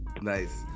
Nice